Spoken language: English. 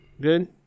good